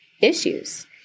issues